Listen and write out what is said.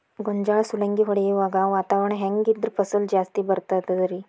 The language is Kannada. ಗೋಂಜಾಳ ಸುಲಂಗಿ ಹೊಡೆಯುವಾಗ ವಾತಾವರಣ ಹೆಂಗ್ ಇದ್ದರ ಫಸಲು ಜಾಸ್ತಿ ಬರತದ ರಿ?